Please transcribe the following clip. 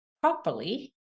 properly